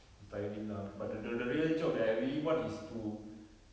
it's tiring lah but th~ the the real job that I really want is to